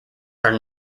are